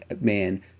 man